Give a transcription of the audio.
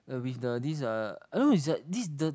uh with the this uh I don't know is that this the